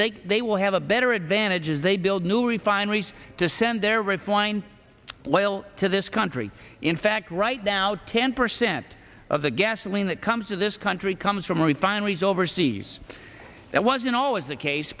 they they will have a better advantages they build new refineries to send their reclined loyal to this country in fact right now ten percent of the gasoline that comes to this country comes from refineries overseas that wasn't always the case